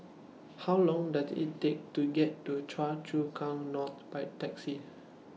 How Long Does IT Take to get to Choa Chu Kang North By Taxi